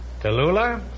Tallulah